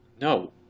No